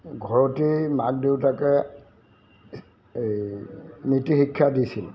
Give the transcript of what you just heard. ঘৰতেই মাক দেউতাকে এই নীতিশিক্ষা দিছিল